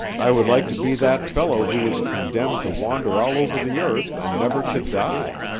i would like to be that fellow who was condemned to wander all over the earth and never to die.